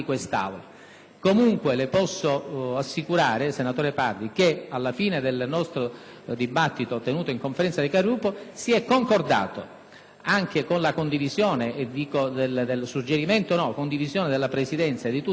Comunque le posso assicurare, senatore Pardi, che, alla fine del dibattito svoltosi in Conferenza dei Capigruppo, si è concordato, con la condivisione della Presidenza e di tutti i Capigruppo,